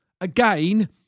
again